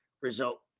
result